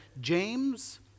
James